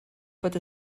bod